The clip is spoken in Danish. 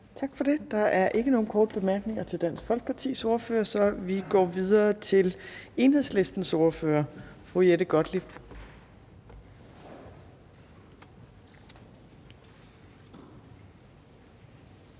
Tak for det. Der er ikke nogen korte bemærkninger til Dansk Folkepartis ordfører, så vi går videre til Enhedslistens ordfører, fru Jette Gottlieb.